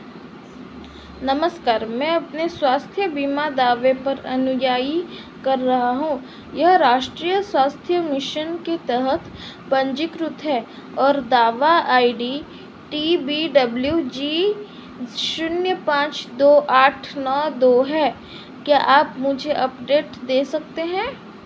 नमस्कार मैं अपने स्वास्थ्य बीमा दावे पर अनुयायी कर रहा हूँ यह राष्ट्रीय स्वास्थ्य मिशन के तहत पञ्जीकृत है और दावा I D T B W G शून्य पाँच दो आठ नौ दो है क्या आप मुझे अपडेट दे सकते हैं